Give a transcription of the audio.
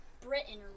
Britain